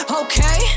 okay